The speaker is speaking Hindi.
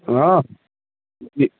सुभाष इह